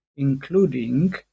including